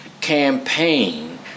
campaign